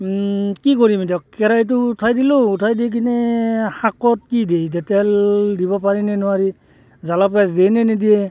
কি কৰিম এতিয়া কেৰাহীটো উঠাই দিলোঁ উঠাই দি কিনে শাকত কি দিয়ে এতিয়া তেল দিব পাৰিনে নোৱাৰি জ্বালা পিঁয়াজ দিয়ে নে নিদিয়ে